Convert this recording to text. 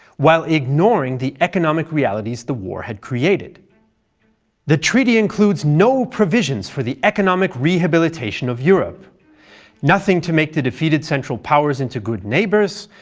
while ignoring the economic realities the war had created the treaty includes no provisions for the economic rehabilitation of europe nothing to make the defeated central powers into good neighbors,